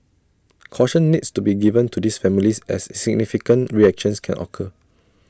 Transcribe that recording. caution needs to be given to these families as significant reactions can occur